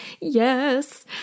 yes